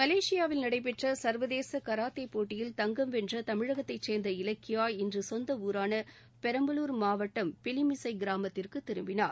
மலேசியாவில் நடைபெற்ற சர்வதேச கராத்தே போட்டியில் தங்கம் வென்ற தமிழகத்தை சேர்ந்த இலக்கியா இன்று சொந்த ஊரான பெரம்பலூர் மாவட்டம் பிலிமிசை கிராமத்திற்கு திரும்பினார்